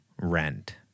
rent